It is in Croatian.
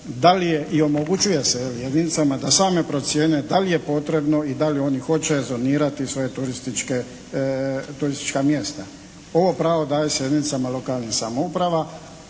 da li je i omogućuje se jel jedinicama da same procijene da li je potrebno i da li oni hoće zonirati svoje turistička mjesta. Ovo pravo daje se jedinicama lokalnih samouprava,